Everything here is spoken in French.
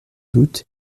doute